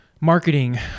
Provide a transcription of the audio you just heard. marketing